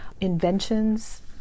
inventions